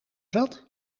zat